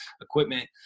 equipment